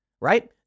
right